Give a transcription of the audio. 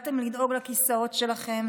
באתם לדאוג לכיסאות שלכם,